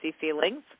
feelings